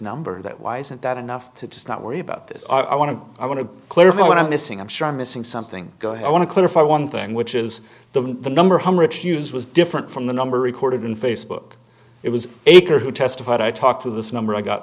number that why isn't that enough to just not worry about this i want to i want to clarify what i'm missing i'm sure i'm missing something i want to clarify one thing which is the number one rich use was different from the number recorded in facebook it was akers who testified i talked to this number i got